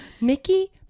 Mickey